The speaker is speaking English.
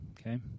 Okay